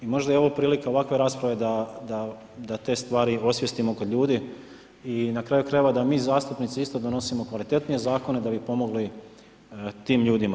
I možda je ovo prilika ovakve rasprave da te stvari osvijestimo kod ljudi i na kraju krajeva da mi zastupnici isto donosimo kvalitetnije zakone, da bi pomogli tim ljudima.